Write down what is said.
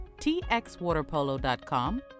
txwaterpolo.com